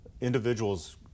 individuals